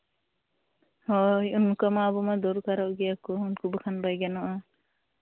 ᱦᱳᱭ ᱚᱱᱠᱟ ᱢᱟ ᱟᱵᱚ ᱢᱟ ᱫᱚᱨᱠᱟᱨᱚᱜ ᱜᱮᱭᱟ ᱠᱚ ᱩᱱᱠᱩ ᱵᱟᱠᱷᱟᱱ ᱵᱟᱭ ᱜᱟᱱᱚᱜᱼᱟ